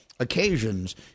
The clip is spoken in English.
occasions